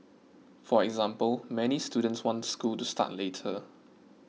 for example many students want school to start later